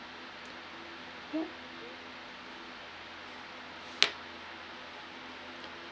yup